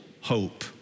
hope